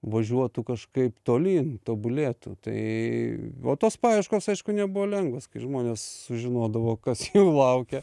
važiuotų kažkaip tolyn tobulėtų tai va tos paieškos aišku nebuvo lengvos kai žmonės sužinodavo kas jų laukia